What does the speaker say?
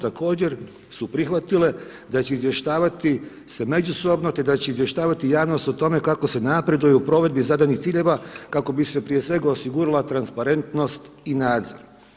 Također su prihvatile da će izvještavati se međusobno te da će izvještavati javnost o tome kako se napreduje u provedbi zadanih ciljeva kako bi se prije svega osigurala transparentnost i nadzor.